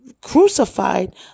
Crucified